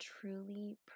truly